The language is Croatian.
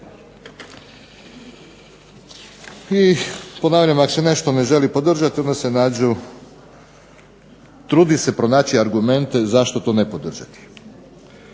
I ponavljam ako se nešto ne želi podržati onda se nađu trudi se pronaći argumente zašto to ne podržati.